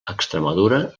extremadura